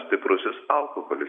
stiprusis alkoholis